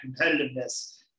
competitiveness